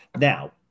Now